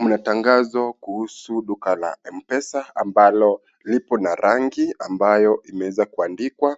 Mna tangazo kuhusu duka la mpesa ambalo lipo na rangi ambayo imeweza kuandikwa,